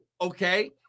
okay